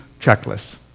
checklists